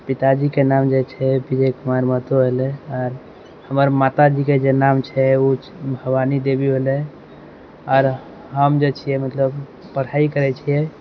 हमर पिताजीके नाम जे छै विजय कुमार महतो भेलै आओर हमर माताजीके नाम जे छै ओ भवानी देवी भेलै आओर हम जे छिए मतलब पढाइ करै छिए